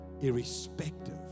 irrespective